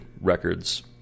records